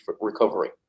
recovery